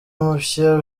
mushya